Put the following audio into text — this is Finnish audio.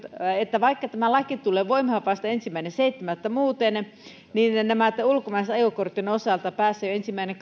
että vaikka tämä laki tulee voimaan vasta ensimmäinen seitsemättä muuten niin ulkomaisten ajokorttien osalta päästään jo ensimmäinen